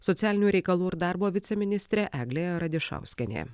socialinių reikalų ir darbo viceministrė eglė radišauskienė